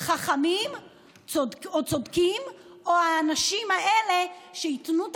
חכמים או צודקים או האנשים האלה שייתנו את